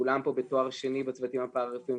כולם פה בתואר שני בצוותים הפרא-רפואיים,